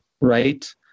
right